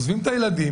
עוזבים את הילדים